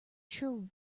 sure